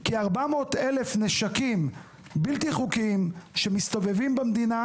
כי 400 אלף נשקים בלתי-חוקיים שמסתובבים במדינה